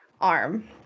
arm